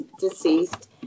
deceased